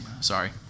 Sorry